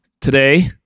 today